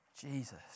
Jesus